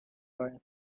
lines